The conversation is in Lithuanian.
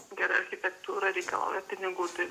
gera architektūra reikalauja pinigų